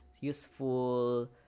Useful